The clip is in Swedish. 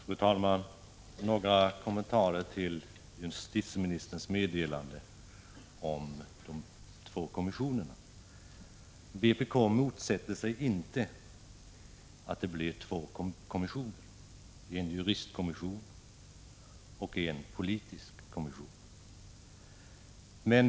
Fru talman! Jag har några kommentarer till justitieministerns meddelande om de två kommissionerna. Vpk motsätter sig inte att det blir två kommissioner, en juristkommission och en politisk kommission.